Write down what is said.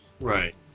Right